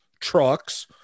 trucks